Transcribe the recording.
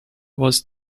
was